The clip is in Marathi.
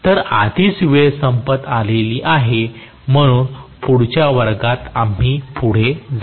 तर आधीच वेळ संपली आहे म्हणून पुढच्या वर्गात आम्ही पुढे जाऊ